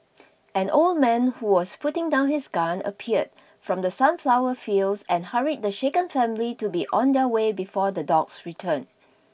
an old man who was putting down his gun appeared from the sunflower fields and hurried the shaken family to be on their way before the dogs return